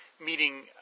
meeting